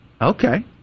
okay